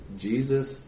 Jesus